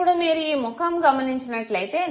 ఇప్పుడు మీరు ఈ ముఖం గమనించినట్లైతే